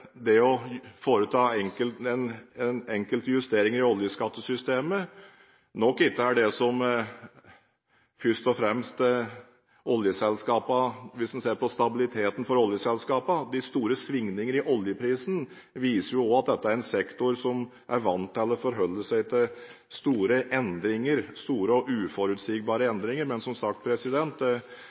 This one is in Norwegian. det å foreta enkelte justeringer i oljeskattesystemet, nok ikke er det som først og fremst rokker ved den grunnleggende stabiliteten i oljeselskapene – de store svingningene i oljeprisen viser jo at dette er en sektor som er vant til å forholde seg til store og uforutsigbare endringer. Men som sagt: